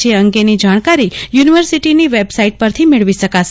જે અંગેની જાણકારી યુનિવર્સિટીની વેબસાઈટ પરથી મેળવી શકાશે